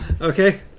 Okay